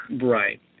Right